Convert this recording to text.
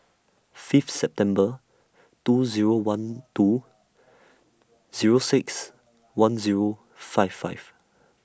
Fifth September two Zero one two Zero six one Zero five five